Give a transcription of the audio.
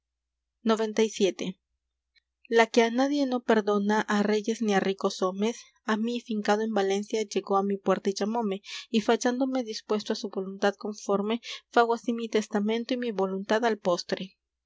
xcvii la que á nadie no perdona á reyes ni á ricos homes á mí fincado en valencia llegó á mi puerta y llamóme y fallándome dispuesto á su voluntad conforme fago así mi testamento y mi voluntad al postre